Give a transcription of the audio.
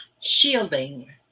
Shielding